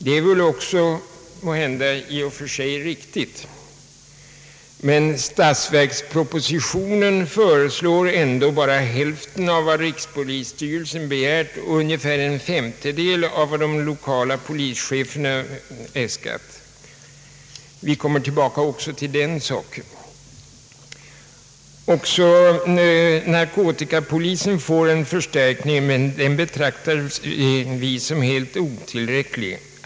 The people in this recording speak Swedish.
Det är måhända i och för sig riktigt, men statsverkspropositionen föreslår ändå bara hälften av vad rikspolisstyrelsen begärt och ungefär en femtedel av vad de lokala polischeferna äskat. Vi skall återkomma också till den saken. Även narkotikapolisen får en förstärkning, men den betraktar vi som helt otillräcklig.